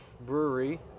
Brewery